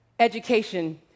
Education